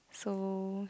so